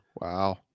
Wow